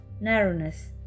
narrowness